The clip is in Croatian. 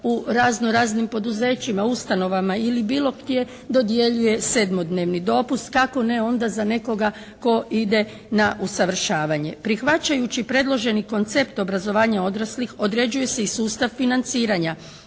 u razno-raznim poduzećima, ustanovama ili bilo gdje dodjeljuje sedmodnevni dopust, kako ne onda za nekoga tko ide na usavršavanje. Prihvaćajući predloženi koncept usavršavanja odraslih određuje se i sustav financiranja.